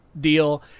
deal